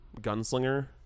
gunslinger